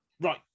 right